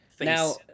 Now